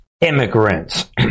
immigrants